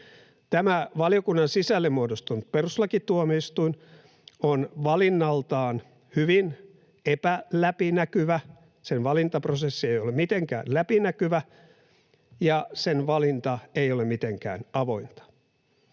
Tämä valiokunnan sisälle muodostunut perustuslakituomioistuin on valinnaltaan hyvin epäläpinäkyvä, sen valintaprosessi ei ole mitenkään läpinäkyvä, ja sen valinta ei ole mitenkään avointa.